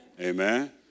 Amen